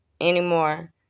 anymore